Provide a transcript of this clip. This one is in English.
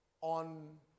On